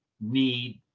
need